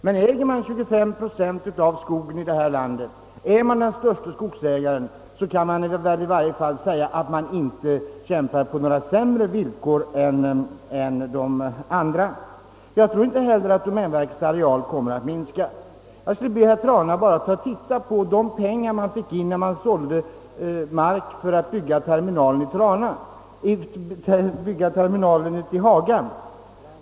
Men äger man 25 procent av skogen i detta land och sålunda är den störste skogsägaren, kan man i varje fall inte påstå att man kämpar på sämre villkor än de övriga. Inte heller jag tror att domänverkets areal kommer att minska. Jag ber emellertid herr Trana observera t.ex. domänverkets försäljning av mark för terminalen i Haga.